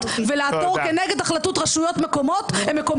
ולעתור כנגד החלטות רשויות מקומיות,